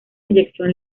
inyección